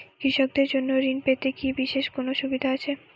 কৃষকদের জন্য ঋণ পেতে কি বিশেষ কোনো সুবিধা আছে?